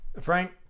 Frank